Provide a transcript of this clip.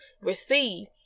receive